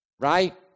Right